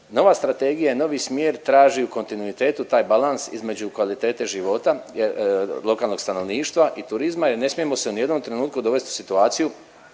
nova strategija i novi smjer traži u kontinuitetu taj balans između kvalitete života lokalnog stanovništva i turizma jer ne smijemo se ni u jednom trenutku dovesti u situaciju